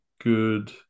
good